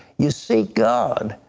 you seek god.